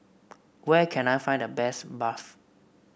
where can I find the best Barfi